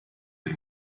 den